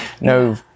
no